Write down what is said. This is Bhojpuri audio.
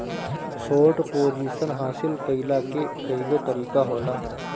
शोर्ट पोजीशन हासिल कईला के कईगो तरीका होला